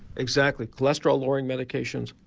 exactly, cholesterol lowering medications,